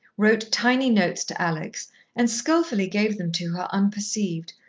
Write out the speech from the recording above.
wrote tiny notes to alex and skilfully gave them to her unperceived,